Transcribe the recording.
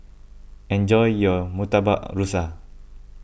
enjoy your Murtabak Rusa